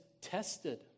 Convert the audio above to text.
tested